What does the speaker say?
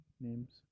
names